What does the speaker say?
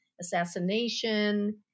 assassination